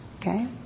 Okay